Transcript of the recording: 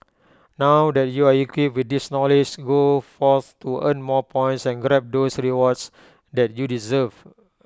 now that you're equipped with this knowledge go forth to earn more points and grab those rewards that you deserve